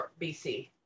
BC